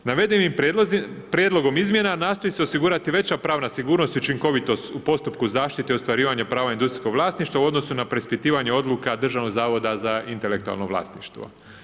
Navedeni prijedlogom izmjena nastoji se osigurati veća pravna sigurnost i učinkovitost postupku zaštite i ostvarivanje prava industrijsko vlasništvo u odnosu na preispitivanja odluka Državnog zavoda za intelektualno vlasništvo.